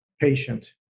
patient